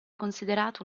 considerato